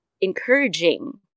encouraging